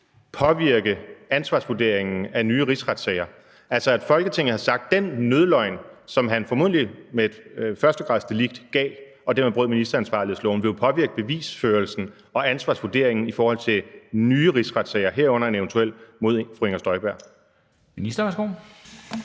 påvirke ansvarsvurderingen i forhold til nye rigsretssager; altså, at Folketinget har sagt, at den nødløgn, som han formodentlig med et førstegradsdelikt gav og dermed brød ministeransvarlighedsloven, vil jo påvirke bevisførelsen og ansvarsvurderingen i forhold til nye rigsretssager, herunder en eventuel rigsretssag mod fru Inger Støjberg. Kl.